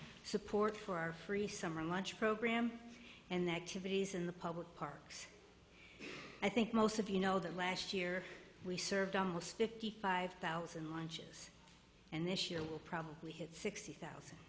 support for our free summer much program and that to bodies in the public parks i think most of you know that last year we served on was fifty five thousand lunches and this year we'll probably hit sixty thousand